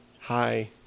Hi